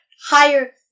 higher